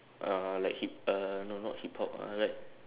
uh like hip uh no not hip hop uh like